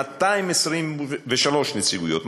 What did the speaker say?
223 נציגויות,